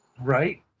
Right